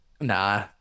nah